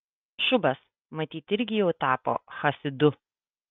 šubas matyt irgi jau tapo chasidu